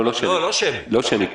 לא שמית.